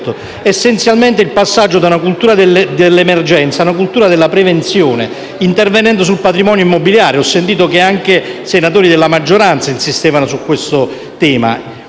Essenzialmente il passaggio dalla cultura dell'emergenza ad una cultura della prevenzione, intervenendo sul patrimonio immobiliare. Ho sentito che anche senatori della maggioranza insistevano su questo tema.